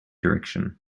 direction